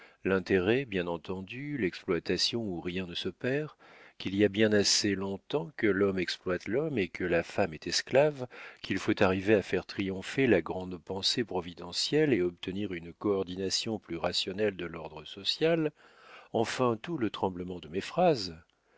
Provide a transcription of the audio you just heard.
l'intérêt bien entendu l'exploitation où rien ne se perd qu'il y a bien assez long-temps que l'homme exploite l'homme et que la femme est esclave qu'il faut arriver à faire triompher la grande pensée providentielle et obtenir une coordonnation plus rationnelle de l'ordre social enfin tout le tremblement de mes phrases